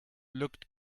looked